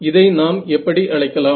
இதை நாம் எப்படி அழைக்கலாம்